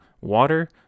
water